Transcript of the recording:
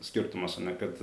skirtumas ane kad